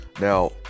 now